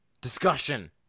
Discussion